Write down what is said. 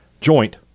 Joint